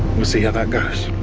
we'll see how that goes.